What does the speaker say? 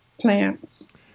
plants